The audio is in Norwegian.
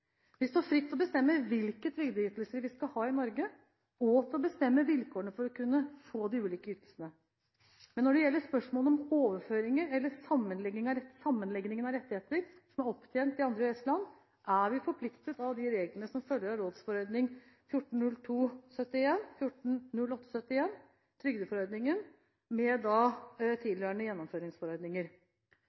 Vi står fritt til å bestemme hvilke trygdeytelser vi skal ha i Norge, og til å bestemme vilkårene for å kunne få de ulike ytelsene. Men når det gjelder spørsmål om overføringer eller sammenlegging av rettigheter som er opptjent i andre EØS-land, er vi forpliktet av de reglene som følger av rådsforordning